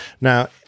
Now